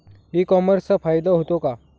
E कॉमर्सचा फायदा होतो का?